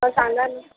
तर सांगा ना